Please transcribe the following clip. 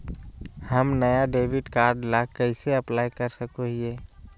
हम नया debit card ला कइसे अप्लाई कर सको हियै?